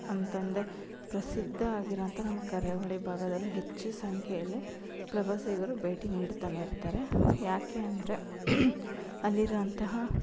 ಅಂತಂದರೆ ಪ್ರಸಿದ್ಧ ಆಗಿರೋಂಥ ನಮ್ಮ ಕರಾವಳಿ ಭಾಗದಲ್ಲಿ ಹೆಚ್ಚು ಸಂಖ್ಯೆಯಲ್ಲಿ ಪ್ರವಾಸಿಗರು ಭೇಟಿ ನೀಡ್ತನೇ ಇರ್ತಾರೆ ಯಾಕೆ ಅಂದರೆ ಅಲ್ಲಿರೋಂತಹ